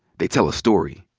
they tell a story.